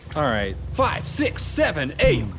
all right five, six, seven, eight